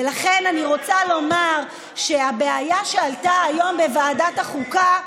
ולכן אני רוצה לומר שהבעיה שעלתה היום בוועדת החוקה,